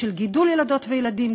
של גידול ילדות וילדים,